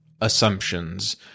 assumptions